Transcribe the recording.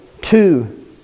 two